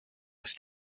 was